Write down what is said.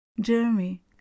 Jeremy